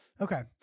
Okay